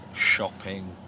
shopping